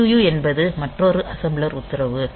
EQU என்பது மற்றொரு assembler உத்தரவு